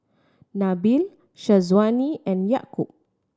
Nabil Syazwani and Yaakob